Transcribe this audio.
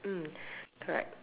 mm correct